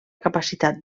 capacitat